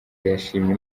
yashimye